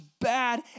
bad